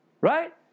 Right